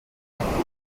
athletic